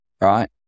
right